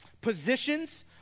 positions